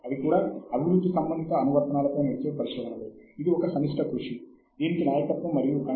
ఉద్దేశపూర్వకంగా కాకపోయినా సరే నకిలీలు ఇక్కడ ఆమోదయోగ్యం కాదు